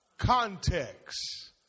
context